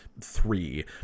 three